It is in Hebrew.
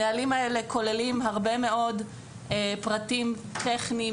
הנהלים האלה כוללים הרבה מאוד פרטים טכניים